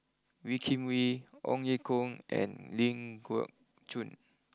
Wee Kim Wee Ong Ye Kung and Ling Geok Choon